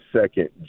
second